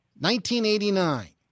1989